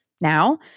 now